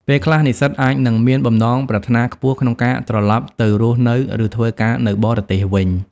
ពេលខ្លះ និស្សិតអាចនឹងមានបំណងប្រាថ្នាខ្ពស់ក្នុងការត្រឡប់ទៅរស់នៅ ឬធ្វើការនៅបរទេសវិញ។